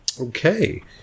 Okay